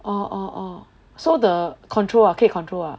orh orh orh so the control ah 可以 control ah